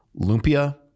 lumpia